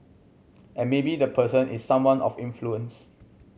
and maybe the person is someone of influence